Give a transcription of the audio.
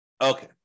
Okay